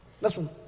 listen